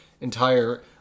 entire